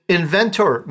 inventor